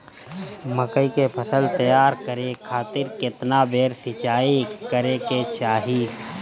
मकई के फसल तैयार करे खातीर केतना बेर सिचाई करे के चाही?